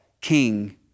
king